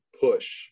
push